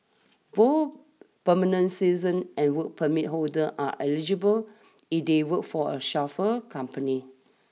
both permanent seasons and work permit holder are eligible if they work for a chauffeur company